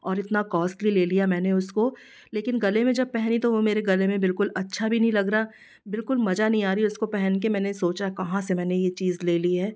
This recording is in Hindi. और इतना कॉस्टली ले लिया मैंने उसको लेकिन गले में जब पहनी तो वो मेरे गले में बिलकुल अच्छा भी नहीं लग रहा बिलकुल मजा नयी आ रही उसको पहन के मैंने सोचा कहाँ से मैंने यह चीज़ ले ली है